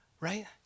Right